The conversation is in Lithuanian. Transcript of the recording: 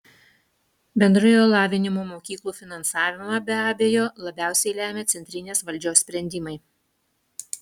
bendrojo lavinimo mokyklų finansavimą be abejo labiausiai lemia centrinės valdžios sprendimai